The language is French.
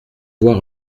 voir